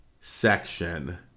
section